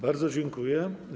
Bardzo dziękuję.